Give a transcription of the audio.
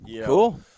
Cool